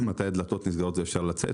מתי הדלתות נסגרות ואפשר לצאת,